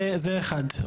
זה אחד.